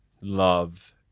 love